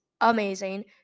amazing